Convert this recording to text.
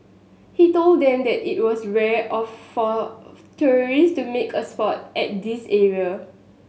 he told them that it was rare of for tourists to make a spot at this area